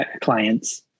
clients